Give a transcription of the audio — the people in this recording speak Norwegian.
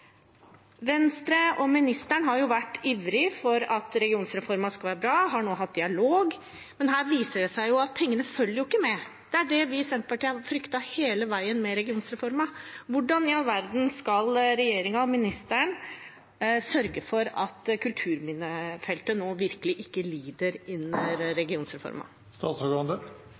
Venstre og ministeren har jo ivret for at regionreformen skal være bra og har nå hatt dialog, men her viser det seg at pengene følger ikke med. Det er det vi i Senterpartiet har fryktet hele veien med regionreformen. Hvordan i all verden skal regjeringen og ministeren sørge for at kulturminnefeltet nå virkelig ikke lider